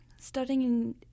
studying